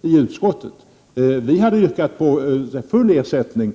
Vi från centerpartiet hade yrkat på full ersättning,